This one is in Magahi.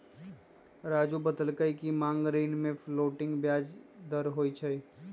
राज़ू बतलकई कि मांग ऋण में फ्लोटिंग ब्याज दर होई छई